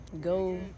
go